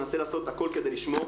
ננסה לעשות הכול כדי לשמור.